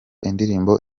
indirimbo